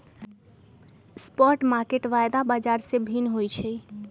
spot market वायदा बाजार से भिन्न होइ छइ